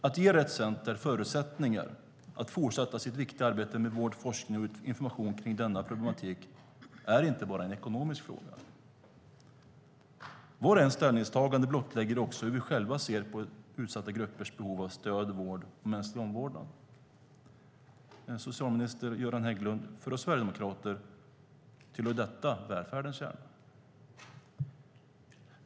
Att ge Rett Center förutsättningar att fortsätta sitt viktiga arbete med vård, forskning och information kring denna problematik är inte bara en ekonomisk fråga. Vars och ens ställningstagande blottlägger också hur vi själva ser på utsatta gruppers behov av stöd, vård och mänsklig omvårdnad. För oss sverigdemokrater tillhör detta välfärdens kärna, socialminister Göran Hägglund.